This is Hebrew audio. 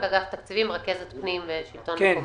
תקציבים, רכזת פנים ושלטון מקומי.